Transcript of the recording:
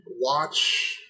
watch